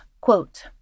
Quote